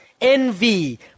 envy